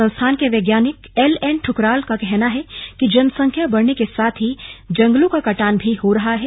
संस्थान के वैज्ञानिक एल एन दुकराल का कहना है कि जनसंख्या बढ़ने के साथ ही जंगलों का कटान भी हो रहा है